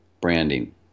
branding